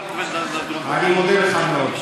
אני מודה לך מאוד.